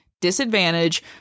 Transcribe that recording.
disadvantage